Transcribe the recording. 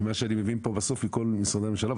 ממה שאני מבין כאן מכל משרדי הממשלה,